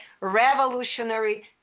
revolutionary